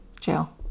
Jail